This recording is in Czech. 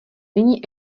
nyní